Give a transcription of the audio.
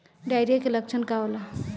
Diarrhoea के लक्षण का होला?